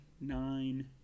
nine